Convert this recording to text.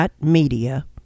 Media